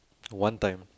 one time